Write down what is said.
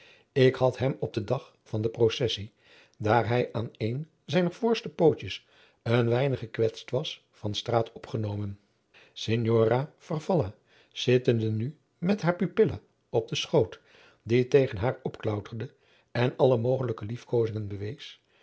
ik had hem op den dag van de processie daar hij aan een zijner voorste pootjes een weinig gekwetst was van straat opgenomen signora farfalla zittende nu met haar pupila op den schoot die tegen haar opklauterde en alle mogelijke liefkozingen bewees